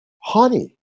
Honey